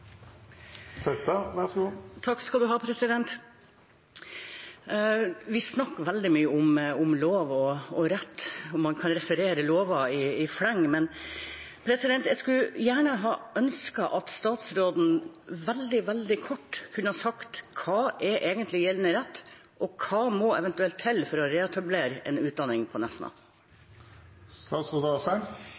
rett, og man kan referere lover i fleng, men jeg skulle gjerne ha ønsket at statsråden veldig, veldig kort kunne ha sagt hva som egentlig er gjeldende rett, og hva som eventuelt må til for å reetablere en utdanning på